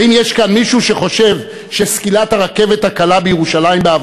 האם יש כאן מישהו שחושב שסקילת הרכבת הקלה באבנים,